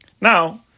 Now